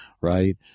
right